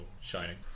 Shining